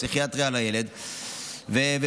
פסיכיאטריה לילד ופסיכיאטריה.